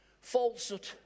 Falsehood